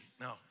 No